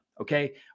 okay